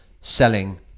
selling